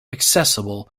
accessible